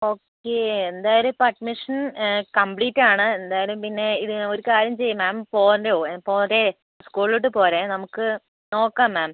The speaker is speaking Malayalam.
ഓക്കെ എന്തായാലും ഇപ്പോൾ അഡ്മിഷൻ കമ്പ്ലീറ്റ് ആണ് എന്തായാലും പിന്നെ ഇത് ഒരു കാര്യം ചെയ്യ് മാം പോരൂ പോരൂ സ്കൂളിലോട്ട് പോരൂ നമുക്ക് നോക്കാം മാം